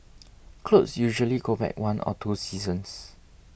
clothes usually go back one or two seasons